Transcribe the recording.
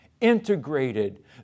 integrated